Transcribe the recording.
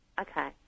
Okay